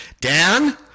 Dan